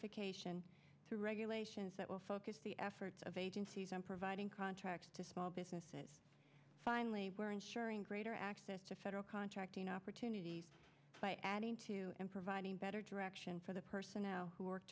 recertification through regulations that will focus the efforts of agencies on providing contracts to small businesses finally we're ensuring greater access to federal contracting opportunities by adding to and providing better direction for the personnel who work